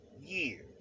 years